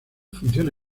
funciona